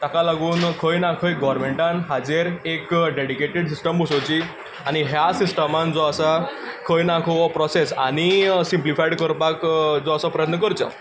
ताका लागून खंय ना खंय गव्हर्मेंटान हाजेर एक डॅडिकेटीड सिस्टम बसोवची आनी ह्या सिस्टमांत जो आसा खंय ना खंय हो प्रोसेस आनी सिम्पलिफाय्ड करपाक जो आसो प्रयत्न करचो